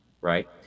right